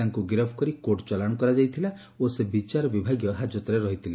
ତାଙ୍ଙ ଗିରଫ କରି କୋର୍ଟଚାଲାଣ କରାଯାଇଥିଲା ଓ ସେ ବିଚାର ବିଭାଗୀୟ ହାକତରେ ରହିଥିଲେ